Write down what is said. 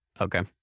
Okay